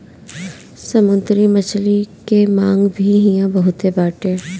समुंदरी मछली के मांग भी इहां बहुते बाटे